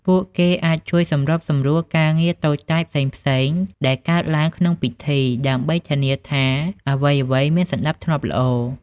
ពួកគេអាចជួយ សម្របសម្រួលការងារតូចតាចផ្សេងៗ ដែលកើតឡើងក្នុងពិធី ដើម្បីធានាថាអ្វីៗមានសណ្តាប់ធ្នាប់ល្អ។